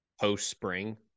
post-spring